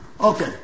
Okay